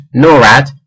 NORAD